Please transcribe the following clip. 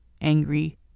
angry